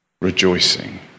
rejoicing